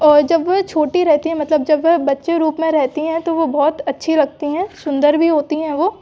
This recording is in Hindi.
और जब वह छोटी रहती हैं मतलब जब वह बच्चे रूप में रहती हैं तो वो बहुत अच्छी लगती हैं सुंदर भी होती हैं वो